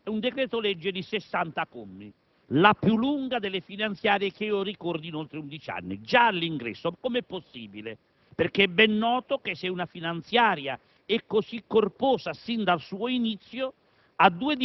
producono, già all'ingresso, una finanziaria di 213 commi e un decreto-legge di 60 commi? La più lunga delle finanziarie che io ricordi in oltre undici anni, già all'ingresso. Com'è possibile?